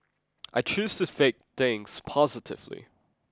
I choose to fake things positively